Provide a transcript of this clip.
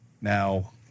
Now